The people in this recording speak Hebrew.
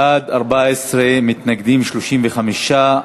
בעד, 14, מתנגדים, 35,